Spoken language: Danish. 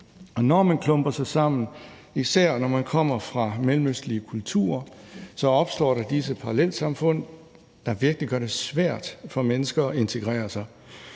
Når man klumper sig sammen, især når man kommer fra mellemøstlige kulturer, opstår der disse parallelsamfund, der virkelig gør det svært for mennesker at integrere sig.